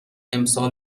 امسال